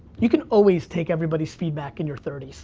you can always take everybody's feedback in your thirty s.